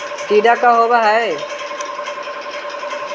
टीडा का होव हैं?